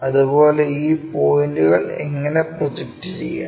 അതുപോലെ ഈ പോയിന്റുകൾ എങ്ങനെ പ്രോജക്റ്റ് ചെയ്യാം